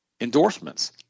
endorsements